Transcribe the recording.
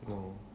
no